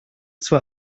zur